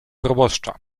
proboszcza